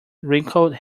wrinkled